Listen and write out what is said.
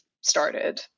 started